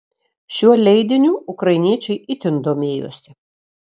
šiuo leidiniu ukrainiečiai itin domėjosi